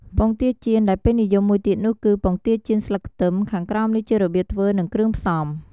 ពងទាចៀនដែលពេញនិយមមួយទៀតនោះគឺ ពងទាចៀនស្លឹកខ្ទឹម ខាងក្រោមនេះជារបៀបធ្វើនិងគ្រឿងផ្សំ។